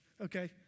okay